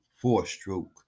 four-stroke